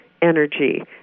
energy